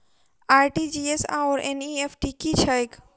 RTGS आओर NEFT की छैक?